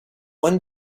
one